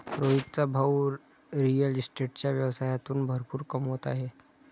रोहितचा भाऊ रिअल इस्टेटच्या व्यवसायातून भरपूर कमवत आहे